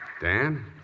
Dan